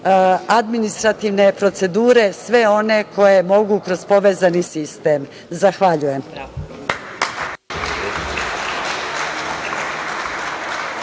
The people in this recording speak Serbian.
administrativne procedure sve one koje mogu kroz povezani sistem. Zahvaljujem.